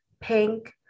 pink